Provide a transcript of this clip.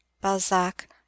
balzac